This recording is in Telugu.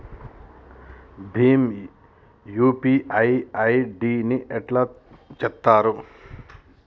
భీమ్ యూ.పీ.ఐ ఐ.డి ని ఎట్లా చేత్తరు?